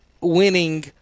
winning